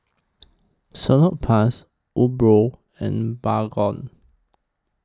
Salonpas Umbro and Baygon